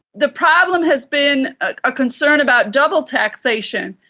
the problem has been a concern about double taxation,